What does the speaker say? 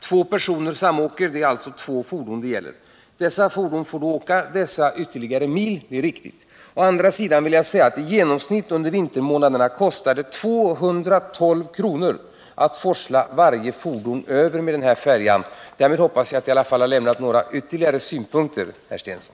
Två av dessa samåker, och det är alltså två fordon det gäller. Dessa fordon får då fara dessa ytterligare mil — det är riktigt. Å andra sidan vill jag säga att det under vintermånaderna kostar i genomsnitt 212 kr. att forsla varje fordon med denna färja. Därmed hoppas jag att jag ändå lämnat några ytterligare synpunkter, herr Stensson.